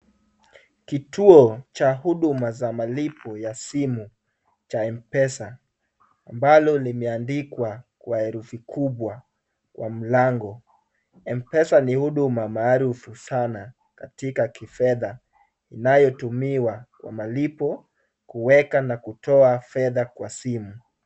Kituo cha huduma za malipo ya simu cha mpesa ambalo limeandikwa kwa herufi kubwa kwa mlango. Mpesa ni huduma maarufu sana katika kifedha inayotumiwa kwa malipo, kuweka na kutoa fedha kwa simu.